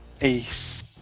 ace